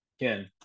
again